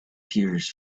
tears